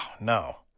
no